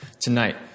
tonight